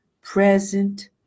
present